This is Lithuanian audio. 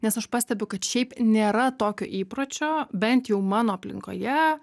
nes aš pastebiu kad šiaip nėra tokio įpročio bent jau mano aplinkoje